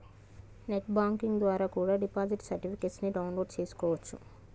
net banking ద్వారా కూడా deposit certificates ని డౌన్ లోడ్ చేస్కోవచ్చు